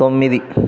తొమ్మిది